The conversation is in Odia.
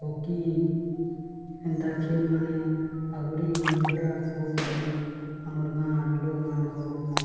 ହକି ଏନ୍ତା ଖଲ ମାନେ ଆହୁରି ମନହରା ହଉ ବୋଲି ଆମର୍ ଗାଁର ଲୋଗ୍ମାନଙ୍କ ମତ